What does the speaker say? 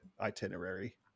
itinerary